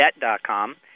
Debt.com